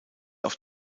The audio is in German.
auf